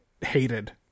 hated